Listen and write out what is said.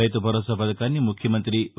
రైతు భరోసా పథకాన్ని ముఖ్యమంత్రి వై